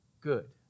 good